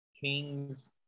Kings